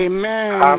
Amen